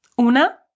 Una